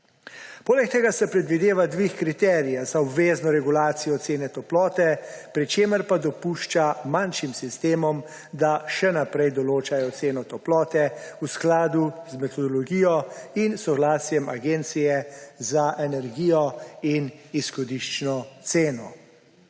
Poleg tega se predvideva dvig kriterijev za obvezno regulacijo cene toplote, pri čemer pa dopušča manjšim sistemom, da še naprej določajo ceno toplote v skladu z metodologijo in soglasjem Agencije za energijo in izhodiščno ceno.